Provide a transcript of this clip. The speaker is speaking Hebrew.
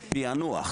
בפענוח,